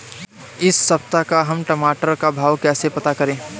इस सप्ताह का हम टमाटर का भाव कैसे पता करें?